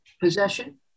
possession